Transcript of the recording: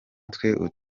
utwika